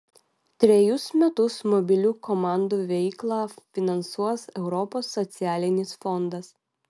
trejus metus mobilių komandų veiklą finansuos europos socialinis fondas